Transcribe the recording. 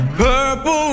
purple